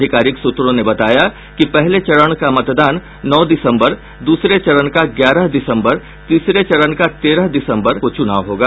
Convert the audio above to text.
अधिकारिक सूत्रों ने बताया कि पहले चरण का मतदान नौ दिसंबर दूसरे चरण का ग्यारह दिसंबर और तीसरे चरण का तेरह दिसंबर को चुनाव होगा